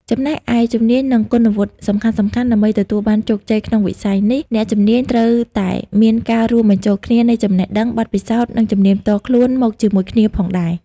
ចំណែកឯ ជំនាញ និងគុណវុឌ្ឍិសំខាន់ៗ ដើម្បីទទួលបានជោគជ័យក្នុងវិស័យនេះ អ្នកជំនាញត្រូវតែមានការរួមបញ្ចូលគ្នានៃចំណេះដឹង បទពិសោធន៍ និងជំនាញផ្ទាល់ខ្លួនមកជាមួយគ្នាផងដែរ។